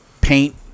paint